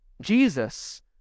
Jesus